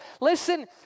Listen